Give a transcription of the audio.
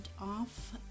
off